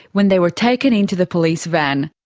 when they were taken into the police van.